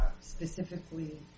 specifically